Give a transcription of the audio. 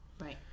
Right